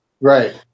Right